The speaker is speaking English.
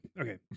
okay